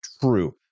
true